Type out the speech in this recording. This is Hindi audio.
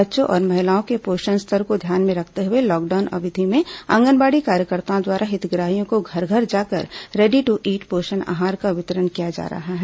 बच्चों और महिलाओं के पोषण स्तर को ध्यान में रखते हुए लॉकडाउन अवधि में आंगनबाड़ी कार्यकर्ताओं द्वारा हितग्राहियों को घर घर जाकर रेडी ट् ईट पोषण आहार का वितरण किया जा रहा है